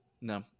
No